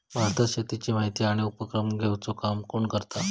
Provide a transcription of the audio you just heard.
भारतात शेतीची माहिती आणि उपक्रम घेवचा काम कोण करता?